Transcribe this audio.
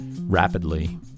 rapidly